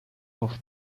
was